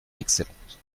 excellente